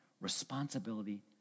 responsibility